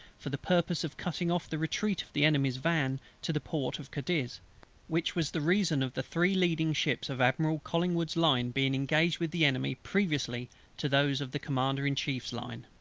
for the purpose of cutting off the retreat of the enemy's van to the port of cadiz which was the reason of the three leading ships of admiral collingwood's line being engaged with the enemy previously to those of the commander in chief's line.